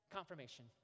confirmation